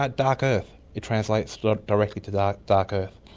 but dark earth, it translates directly to dark dark earth.